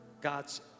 God's